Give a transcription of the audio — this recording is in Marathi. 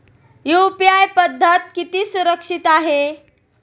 यु.पी.आय पद्धत किती सुरक्षित आहे?